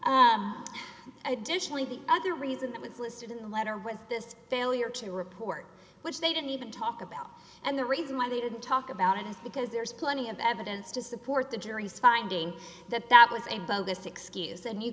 additionally the other reason that was listed in the letter was this failure to report which they didn't even talk about and the reason why they didn't talk about it is because there's plenty of evidence to support the jury's finding that that was a bogus excuse and you